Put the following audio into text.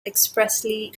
expressly